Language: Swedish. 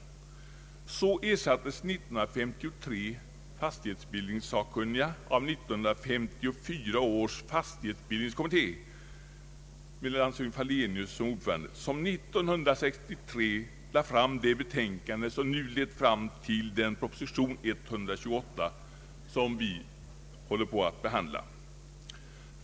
ningssakkunniga av 1954 års fastighetsbildningskommitté med landshövding Fallenius som ordförande, och denna kommitté lade år 1963 fram det betänkande som nu lett fram till den proposition, nr 128, som vi håller på att behandla.